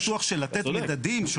בטוח שלתת מדדים,